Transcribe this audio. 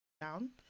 down